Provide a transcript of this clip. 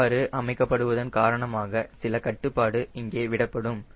இவ்வாறு அமைக்கப்படுவதன் காரணமாக சில கட்டுப்பாடு இங்கே விடப்படும்